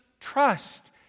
trust